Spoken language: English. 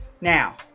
Now